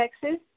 Texas